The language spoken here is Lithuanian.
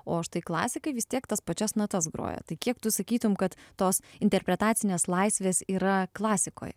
o štai klasikai vis tiek tas pačias natas groja tai kiek tu sakytum kad tos interpretacinės laisvės yra klasikoj